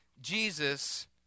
Jesus